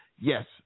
Yes